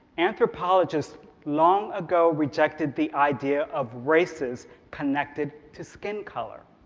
anthropologists long ago rejected the idea of races connected to skin color.